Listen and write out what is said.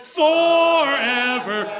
forever